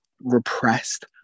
repressed